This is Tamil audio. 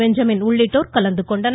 பெஞ்சமின் உள்ளிட்டோர் கலந்து கொண்டனர்